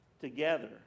together